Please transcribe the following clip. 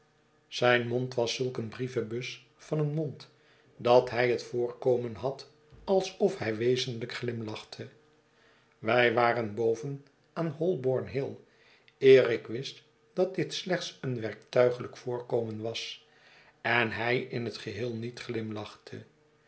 zijn mond was zulk eene brievenbus van een mond dat hij het voorkomen had alsof hij wezenlijk glimlachte wij waren boven aan holborn-hill eer ik wist dat dit slechts een werktuiglijk voorkomen was en hij in t geheel niet